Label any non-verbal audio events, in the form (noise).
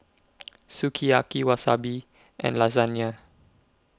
(noise) Sukiyaki Wasabi and Lasagna